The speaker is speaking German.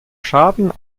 schaden